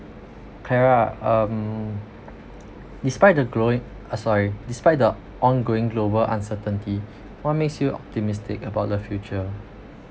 clara um despite the growing uh sorry despite the ongoing global uncertainty what makes you optimistic about the future